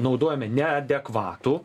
naudojame neadekvatų